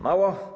Mało?